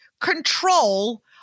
control